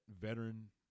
veteran